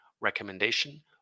recommendation